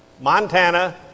Montana